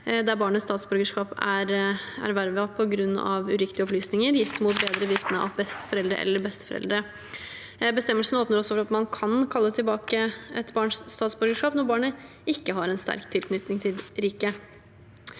der barnets statsborgerskap er ervervet på grunn av uriktige opplysninger, gitt mot bedre vitende av foreldre eller besteforeldre. Bestemmelsen åpner også for at man kan kalle tilbake et barns statsborgerskap når barnet ikke har en sterk tilknytning til riket.